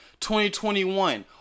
2021